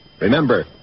Remember